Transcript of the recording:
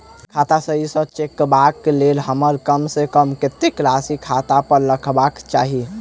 खाता सही सँ चलेबाक लेल हमरा कम सँ कम कतेक राशि खाता पर रखबाक चाहि?